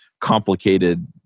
complicated